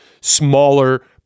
smaller